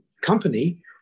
company